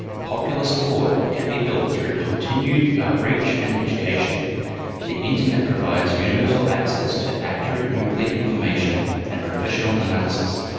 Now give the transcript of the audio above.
popular support can be built through continued outreach and education the internet provides universal access to accurate nuclear information and professional analysis,